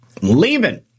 leaving